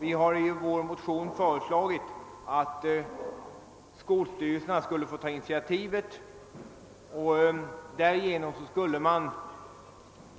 Vi har i vår motion föreslagit att skolstyrelserna skulle få ta initiativet. Därigenom skulle man